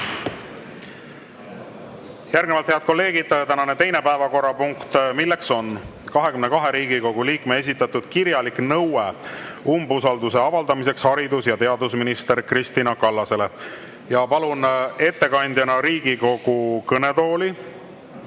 Järgnevalt, head kolleegid, tänane teine päevakorrapunkt, milleks on 22 Riigikogu liikme esitatud kirjalik nõue umbusalduse avaldamiseks haridus- ja teadusminister Kristina Kallasele. Palun ettekandjana Riigikogu kõnetooli